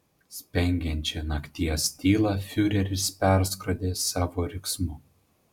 spengiančią nakties tylą fiureris perskrodė savo riksmu